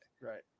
Right